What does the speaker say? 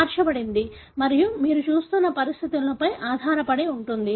మార్చబడింది మరియు మీరు చూస్తున్న పరిస్థితులపై ఆధారపడి ఉంటుంది